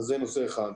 זה נושא אחד.